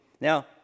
Now